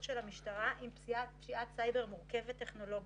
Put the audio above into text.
של המשטרה עם פשיעת סייבר מורכבת טכנולוגית.